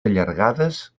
allargades